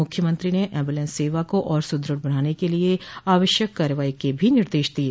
मुख्यमंत्री ने ऐम्बुलेंस सेवा को और सुदृढ़ बनाने के लिये आवश्यक कार्रवाई के भी निर्देश दिये